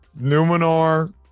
Numenor